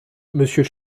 monsieur